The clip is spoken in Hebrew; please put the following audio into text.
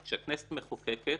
שהכנסת מחוקקת,